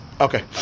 Okay